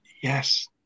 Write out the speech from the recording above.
Yes